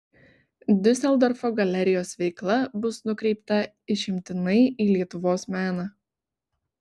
diuseldorfo galerijos veikla bus nukreipta išimtinai į lietuvos meną